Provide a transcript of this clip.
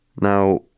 Now